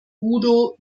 udo